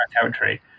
territory